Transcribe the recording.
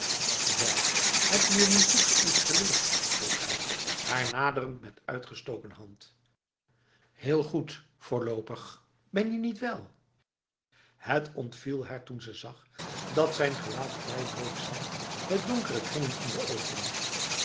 wel ben je nu goed geïnstalleerd vroeg hij haar naderend met uitgestoken hand heel goed voorlopig ben je niet wél het ontviel haar toen ze zag dat zijn gelaat vrij bleek zag met donkere kringen om de ogen